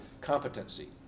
competency